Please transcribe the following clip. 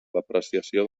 depreciació